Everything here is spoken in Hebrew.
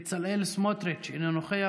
חבר הכנסת בצלאל סמוטריץ' אינו נוכח,